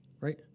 right